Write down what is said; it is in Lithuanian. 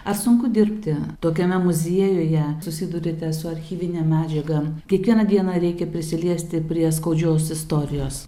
ar sunku dirbti tokiame muziejuje susiduriate su archyvine medžiaga kiekvieną dieną reikia prisiliesti prie skaudžios istorijos